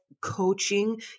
coaching